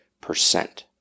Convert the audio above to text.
percent